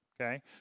Okay